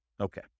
Okay